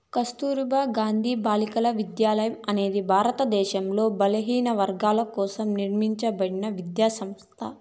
కస్తుర్బా గాంధీ బాలికా విద్యాలయ అనేది భారతదేశంలో బలహీనవర్గాల కోసం నిర్మింపబడిన విద్యా సంస్థ